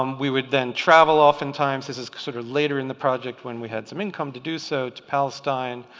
um we would then travel oftentimes this is sort of later in the project when we had some income to do so to palestine,